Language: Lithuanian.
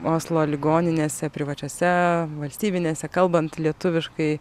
oslo ligoninėse privačiose valstybinėse kalbant lietuviškai